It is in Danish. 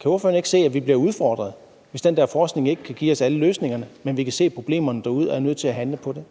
Kan ordføreren ikke se, at vi bliver udfordret, hvis den der forskning ikke kan give os alle løsningerne, men at vi kan se problemerne derude og er nødt til at handle på det?